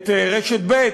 את רשת ב',